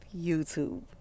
YouTube